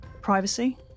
privacy